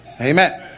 Amen